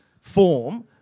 form